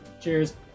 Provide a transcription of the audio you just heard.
Cheers